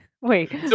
Wait